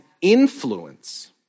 influence